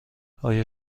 آیا